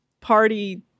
party